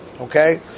Okay